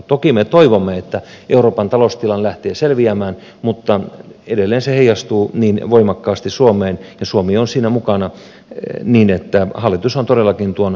toki me toivomme että euroopan taloustilanne lähtee selviämään mutta edelleen se heijastuu niin voimakkaasti suomeen ja suomi on siinä mukana niin että hallitus on todellakin tuon talouspolitiikan vanki